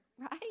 right